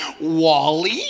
Wally